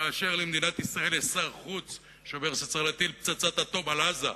כאשר למדינת ישראל יש שר חוץ שאומר שצריך להטיל פצצת אטום על עזה,